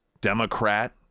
Democrat